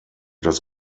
das